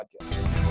podcast